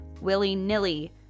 willy-nilly